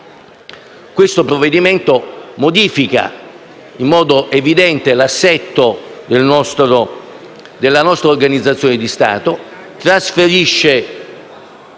il provvedimento modifica in modo evidente l'assetto della nostra organizzazione di Stato; trasferisce